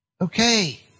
Okay